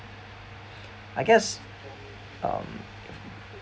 I guess um